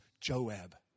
Joab